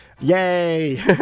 Yay